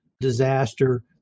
disaster